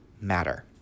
matter